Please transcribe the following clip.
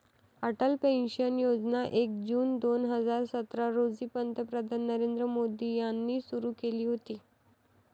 Atal pension योजना एक जून दोन हजार सतरा रोजी पंतप्रधान नरेंद्र मोदी यांनी सुरू केली होती